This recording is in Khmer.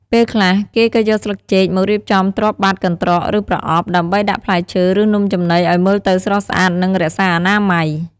ពេលខ្លះ គេក៏យកស្លឹកចេកមករៀបចំទ្រាប់បាតកន្ត្រក ឬប្រអប់ ដើម្បីដាក់ផ្លែឈើ ឬនំចំណីឱ្យមើលទៅស្រស់ស្អាត និងរក្សាអនាម័យ។